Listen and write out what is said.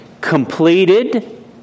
completed